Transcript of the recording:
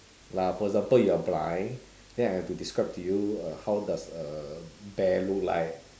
like for example you are blind then I have to describe to you how does a bear look like